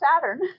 Saturn